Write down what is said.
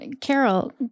Carol